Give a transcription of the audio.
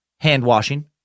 hand-washing